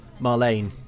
Marlene